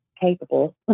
capable